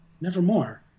nevermore